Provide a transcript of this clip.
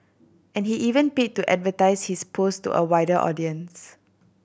and he even paid to advertise his post to a wider audience